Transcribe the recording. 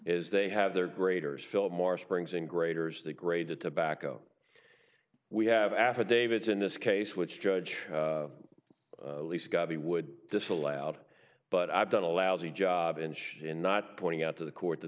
is they have their graders philip morris brings in graders they grade the tobacco we have affidavits in this case which judge lisa gobby would disallowed but i've done a lousy job inch in not pointing out to the court that